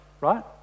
right